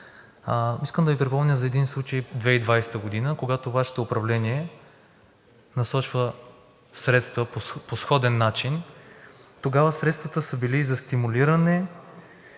Искам да Ви припомня за един случай 2020 г., когато Вашето управление насочва средства по сходен начин. Тогава средствата са били за стимулиране